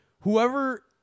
whoever